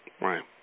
right